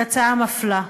היא הצעה מפלה.